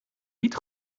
niet